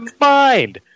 mind